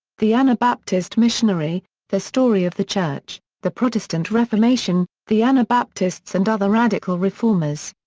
the anabaptist missionary the story of the church the protestant reformation the anabaptists and other radical reformers.